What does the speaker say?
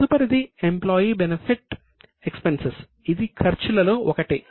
తదుపరిది employee benefit expenses ఇది ఖర్చులలో ఒకటి